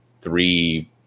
three